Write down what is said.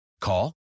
Call